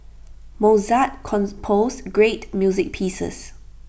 Mozart composed great music pieces